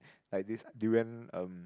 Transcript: like this durian um